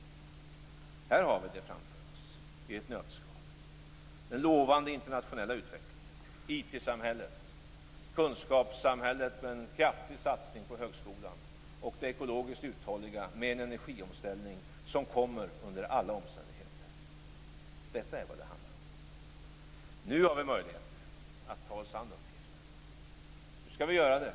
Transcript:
Här har vi det framför oss i ett nötskal: den lovande internationella utvecklingen, IT-samhället, kunskapssamhället med en kraftig satsning på högskolan och det ekologiskt uthålliga, med en energiomställning som under alla omständigheter kommer. Detta är vad det handlar om. Nu har vi möjligheter att ta oss an uppgiften. Nu skall vi göra det.